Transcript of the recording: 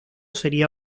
sería